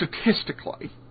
statistically